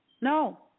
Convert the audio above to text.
No